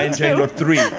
and j lo three.